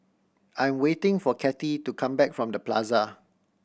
I am waiting for Cathy to come back from The Plaza